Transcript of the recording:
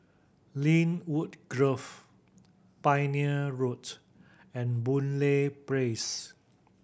Lynwood Grove Pioneer Road and Boon Lay Place